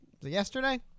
yesterday